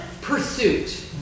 pursuit